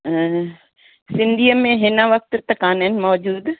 सिंधीअ में हिन वक़्ति त कान्हिनि मौज़ूदु